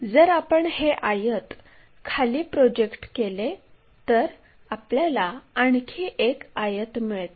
जर आपण हे आयत खाली प्रोजेक्ट केले तर आपल्याला आणखी एक आयत मिळते